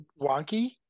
wonky